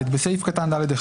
בסעיף קטן (ד)(1),